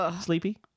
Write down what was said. sleepy